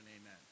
amen